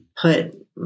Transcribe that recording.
put